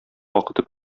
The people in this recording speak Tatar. вакыты